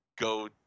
go